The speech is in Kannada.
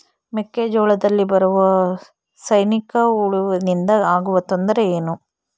ಮೆಕ್ಕೆಜೋಳದಲ್ಲಿ ಬರುವ ಸೈನಿಕಹುಳುವಿನಿಂದ ಆಗುವ ತೊಂದರೆ ಏನು?